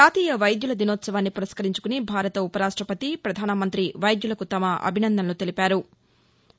జాతీయ వైద్యుల దినోత్సవాన్ని పురస్కరించుకొని భారత ఉపరాష్టపతి ప్రధానమంత్రి వైద్యులకు తమ అభినందనలు తెలిపారు